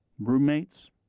roommates